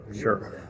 sure